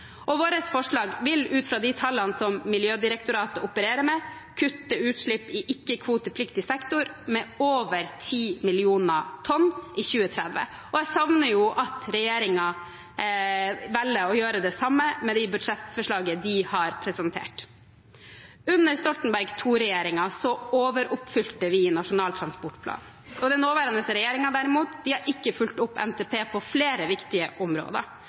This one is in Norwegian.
2030. Våre forslag vil ut fra de tallene som Miljødirektoratet opererer med, kutte utslipp i ikke-kvotepliktig sektor med over 10 millioner tonn i 2030. Jeg savner at regjeringen ikke gjør det samme med det budsjettforslaget de har presentert. Under Stoltenberg II-regjeringen overoppfylte vi Nasjonal transportplan. Den nåværende regjeringen derimot har ikke fulgt opp NTP på flere viktige områder. Blant annet er tiltak for trafikksikkerhet, skredsikring og